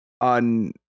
on